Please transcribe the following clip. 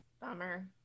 Bummer